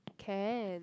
can